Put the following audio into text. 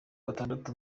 batandatu